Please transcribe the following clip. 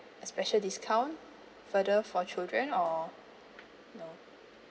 a special discount further for children or no